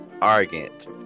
argent